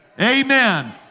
Amen